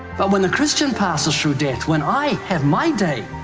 but when the christian passes through death, when i have my day,